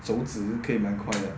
手指是可以蛮快的